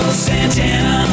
Santana